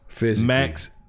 max